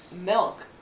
milk